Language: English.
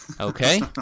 Okay